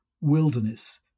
wilderness